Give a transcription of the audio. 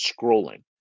scrolling